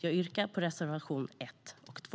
Jag yrkar bifall till reservationerna 1 och 2.